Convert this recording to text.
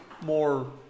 more